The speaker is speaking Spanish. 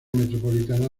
metropolitana